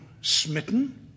smitten